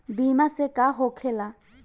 बीमा से का होखेला?